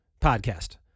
podcast